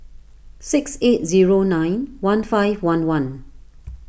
six eight zero nine one five one one